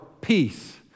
peace